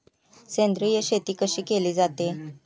सेंद्रिय शेती कशी केली जाते?